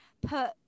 put